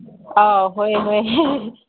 ꯑꯥꯥ ꯍꯣꯏ ꯍꯣꯏ